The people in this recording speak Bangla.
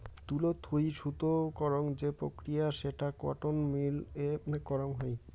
তুলো থুই সুতো করাং যে প্রক্রিয়া সেটা কটন মিল এ করাং হই